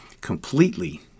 completely